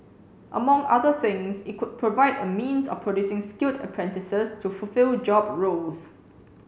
among other things it could provide a means of producing skilled apprentices to fulfill job roles